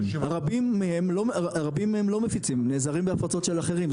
הם נעזרים בהפצות של אחרים.